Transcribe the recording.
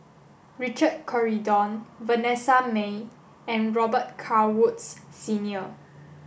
Richard Corridon Vanessa Mae and Robet Carr Woods Senior